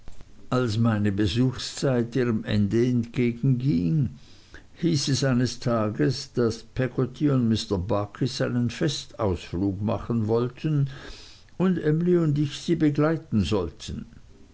als meine besuchszeit ihrem ende entgegenging hieß es eines tages daß peggotty und mr barkis einen festausflug machen wollten und emly und ich sie begleiten sollten